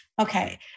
Okay